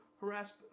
harass